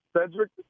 cedric